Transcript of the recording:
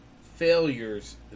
failures